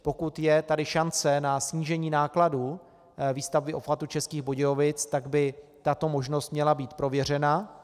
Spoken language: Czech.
Pokud je tady šance na snížení nákladů výstavby obchvatu Českých Budějovic, tak by tato možnost měla být prověřena.